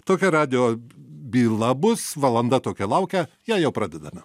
tokia radijo byla bus valanda tokia laukia ją jau pradedame